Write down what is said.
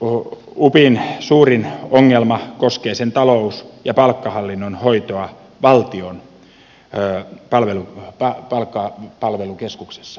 toisaalta upin suurin ongelma koskee sen talous ja palkkahallinnon hoitoa valtion palvelukeskuksessa palkeissa